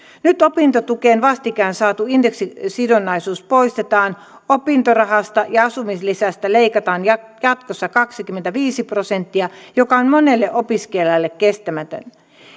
nyt opintotukeen vastikään saatu indeksisidonnaisuus poistetaan opintorahasta ja asumislisästä leikataan jatkossa kaksikymmentäviisi prosenttia mikä on monelle opiskelijalle kestämätöntä